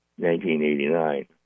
1989